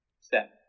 step